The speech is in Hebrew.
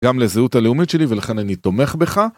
גם לזהות הלאומית שלי ולכן אני תומך בך